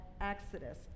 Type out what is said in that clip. Exodus